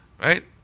right